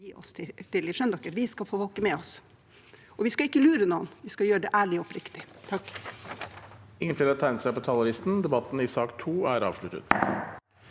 Vi skal få folket med oss, og vi skal ikke lure noen, vi skal gjøre det ærlig og oppriktig.